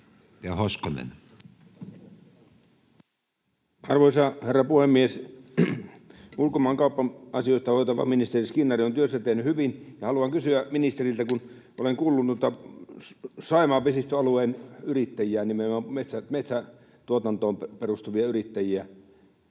Arvoisa herra puhemies! Ulkomaankauppa-asioita hoitava ministeri Skinnari on työnsä tehnyt hyvin, ja haluan kysyä ministeriltä, kun olen kuullut noita Saimaan vesistöalueen yrittäjiä, nimenomaan metsätuotantoon perustuvia yrittäjiä,